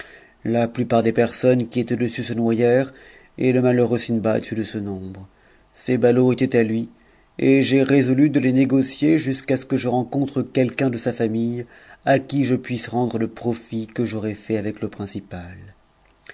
la plupart des personnes qui étaient dessus se noyèrent et le malheureux sindbad fut de ce nombre ces ballots étaient à lui et j'ai résolu de les négocier jusqu'à ce que je rencontre quelqu'un de sa famille à qui je puisse rendre il profit que j'aurai fait avec le principal